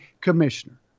commissioner